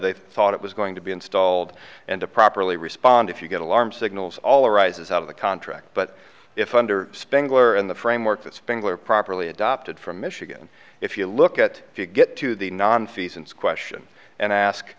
they thought it was going to be installed and to properly respond if you get alarm signals all arises out of the contract but if under spangler in the framework that spangler properly adopted from michigan if you look at if you get to the nonfeasance question and ask